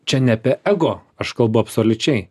čia ne apie ego aš kalbu absoliučiai